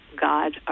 God